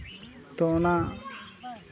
ᱛᱚ ᱚᱱᱟ